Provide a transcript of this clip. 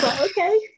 Okay